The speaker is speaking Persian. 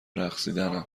رقصیدنم